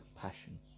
compassion